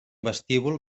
vestíbul